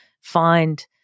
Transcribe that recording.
find